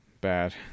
bad